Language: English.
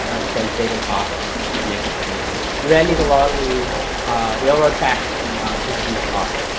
again, saving costs and making stuff easier. you ran these along the railroad tracks to reduce cost.